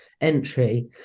entry